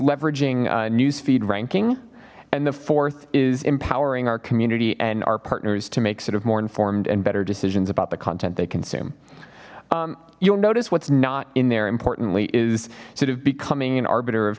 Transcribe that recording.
leveraging newsfeed ranking and the fourth is empowering our community and our partners to make sort of more informed and better decisions about the content they consume you'll notice what's not in there importantly is sort of becoming an arb